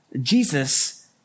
Jesus